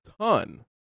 ton